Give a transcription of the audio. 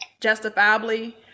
justifiably